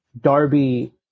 Darby